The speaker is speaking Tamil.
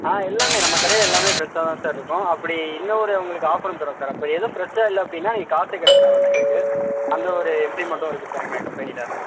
ஆ எல்லாம் நம்ம கடையில் எல்லாம் ப்ரெஷ்ஷாக தான் சார் இருக்கும் அப்படி இன்னொரு உங்களுக்கு ஆஃபரும் தர்றோம் சார் அப்போது எதுவும் ப்ரெஷ்ஷாக இல்லை அப்படினா நீங்கள் காசு கட்ட தேவை இல்லை எங்களுக்கு அந்த ஒரு இம்ப்ளிமெண்ட்டும் இருக்குது சார் எங்கள் கம்பெனியில்